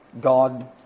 God